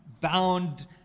bound